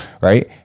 right